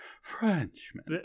Frenchman